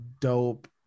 Dope